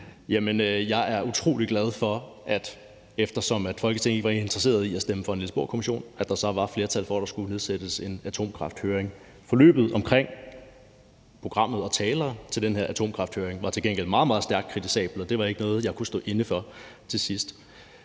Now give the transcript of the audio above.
jeg er utrolig glad for, at der – eftersom Folketinget ikke var interesseret i at stemme for en Niels Bohr-kommission – så var flertal for, at der skulle holdes en atomkrafthøring. Forløbet omkring programmet og talerne til den her atomkrafthøring var til gengæld meget, meget stærkt kritisabelt, og det var ikke noget, jeg kunne stå inde for til sidst.